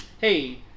hey